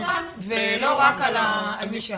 גם אחריות הורית צריכה להיאמר כאן ולא רק על מי שאחראי.